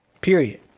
Period